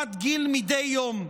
מחמת גיל מדי יום,